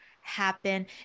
happen